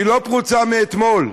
לא פרוצה מאתמול,